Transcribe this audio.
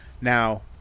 Now